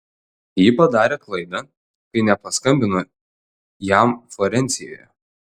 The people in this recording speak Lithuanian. ji padarė klaidą kai nepaskambino jam florencijoje